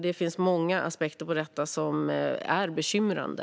Det finns många aspekter i detta som är bekymrande.